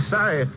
Sorry